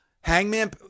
Hangman